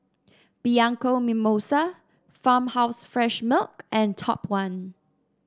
Bianco Mimosa Farmhouse Fresh Milk and Top One